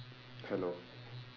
hello